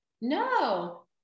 No